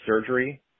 surgery